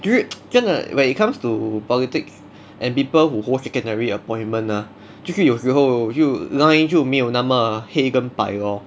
就是真的 when it comes to politics and people who hold secondary appointment ah 就是有时候就 line 就没有那么黑跟白 lor